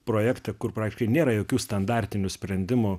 projektą kur praktiškai nėra jokių standartinių sprendimų